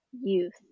youth